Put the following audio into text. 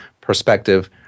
perspective